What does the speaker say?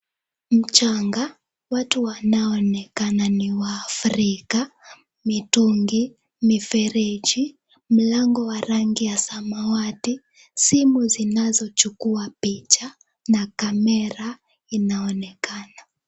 Mchana, watu wanaoonekana ni waafrika, mitungi, mifereji, mlango wa rangi ya samawati, simu zinazochukua picha na kamera inaonekana.